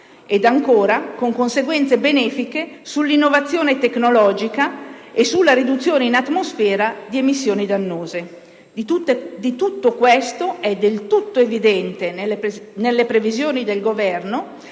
e, ancora, con conseguenze benefiche sull'innovazione tecnologica e sulla riduzione in atmosfera di emissioni dannose. Di tutto questo, è del tutto evidente la pressoché totale